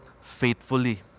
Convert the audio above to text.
faithfully